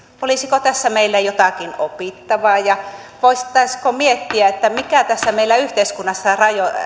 olisiko tässä meillä jotakin opittavaa ja voisimmeko miettiä mikä tässä meillä yhteiskunnassa